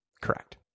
Correct